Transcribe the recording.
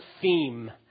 theme